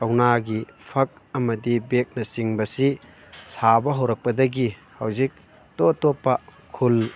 ꯀꯧꯅꯥꯒꯤ ꯐꯛ ꯑꯃꯗꯤ ꯕꯦꯒꯅ ꯆꯤꯡꯕꯁꯤ ꯁꯥꯕ ꯍꯧꯔꯛꯄꯗꯒꯤ ꯍꯧꯖꯤꯛ ꯑꯇꯣꯞ ꯑꯇꯣꯞꯄ ꯈꯨꯜ